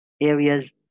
areas